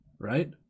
Right